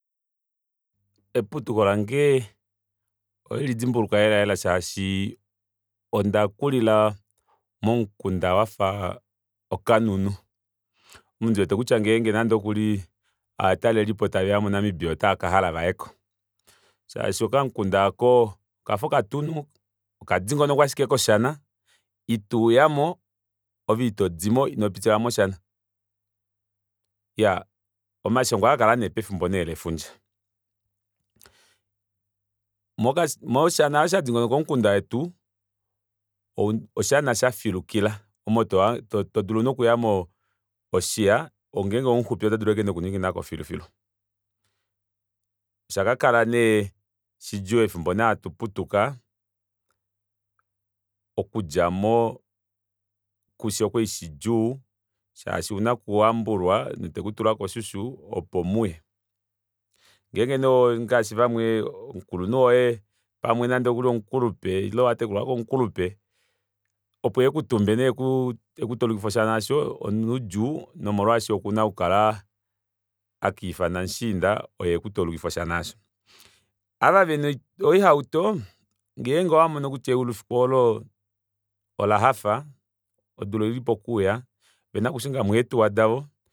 Eputuko lange ohandi lidimbuluka lela lela shaashi ondakulila momukunda wafa okanhunu omo ndiwete kutya nande okuli ovatalelipo taveya mo namibia otava kahala vayeko shaashi okamukunda aako okafa okatunu okadingonokwa ashike koshana ituuyamo ove itodimo inopitila moshana iyaa omashongo ohaakakala nee pefimbo lefudja moshana aasho shadingonoka omukunda wetu oshana shafilukila omo todulu nokuyamo oshiya ngenge omuxupi oto dulu ashike noku ninginako filu filu oshakakala nee shidjuu efimbo eli hatuputuka okudjamo kufye okwali shidjuu shaashi ouna okuyambulwa ndee totulwa koshushu opo muye ngenge nee ngaashi vamwe omukulunhu woye pamwe nande omukulupe ile watekulwa komukulupe opo ekutumbe nee okutaulukife oshana aasho onoudjuu nomolwaasho okuna okukala akaifana mushiinda oye ekutaulukife oshana aasho ava vena oihauto ngenge owamono kutya eulu fiku oolo olahafa odula oili pokuuya ovena okushingamo eetuwa davo